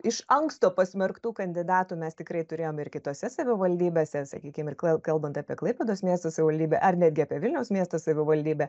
iš anksto pasmerktų kandidatų mes tikrai turėjom ir kitose savivaldybėse sakykim ir kalbant apie klaipėdos miesto savivaldybę ar netgi apie vilniaus miesto savivaldybę